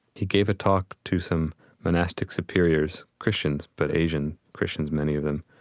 he gave a talk to some monastic superiors, christians, but asian christians, many of them.